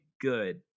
good